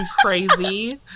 crazy